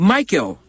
Michael